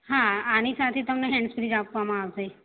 હા આની સાથે તમને હેન્ડ્સ ફ્રી જ આપવામાં આવશે